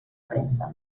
premsa